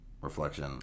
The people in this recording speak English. reflection